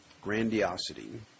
Grandiosity